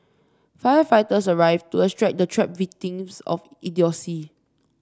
firefighters arrived to extract the trapped victims of idiocy